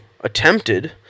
attempted